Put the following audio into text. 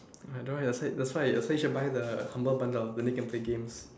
don't worry that's why that's why you should buy the humble bundle then can play games